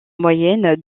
moyenne